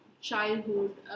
childhood